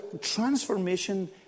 transformation